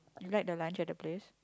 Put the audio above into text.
you like the lunch at the place